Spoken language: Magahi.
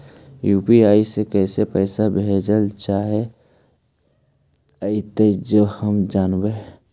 यु.पी.आई से कैसे पैसा भेजबय चाहें अइतय जे हम जानबय?